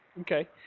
Okay